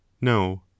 no